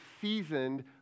seasoned